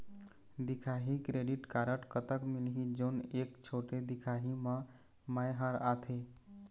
दिखाही credit card कतक मिलही जोन एक छोटे दिखाही म मैं हर आथे?